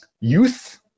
youth